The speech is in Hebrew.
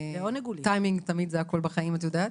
טיימינג זה הכול בחיים, את יודעת.